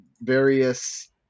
various